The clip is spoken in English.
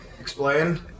explain